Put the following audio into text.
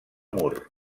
mur